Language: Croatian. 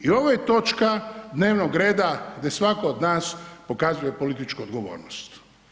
Jer ovo je točka dnevnog reda gdje svatko od nas pokazuje političku odgovornost.